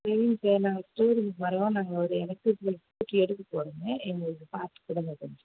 சரிங்க சார் நாங்கள் ஸ்டோரூம்க்கு வரோம் நாங்கள் ஒரு எலக்ட்ரிக் பைக்கு எடுக்கப் போகிறோமே எங்களுக்கு பார்த்து கொடுங்க கொஞ்சம்